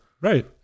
right